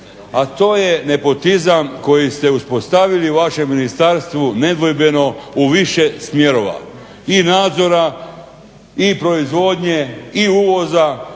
A to je nepotizam koji ste uspostavili u vašem ministarstvu nedvojbeno u više smjerova. I nadzora i proizvodnje i uvoza.